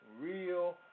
real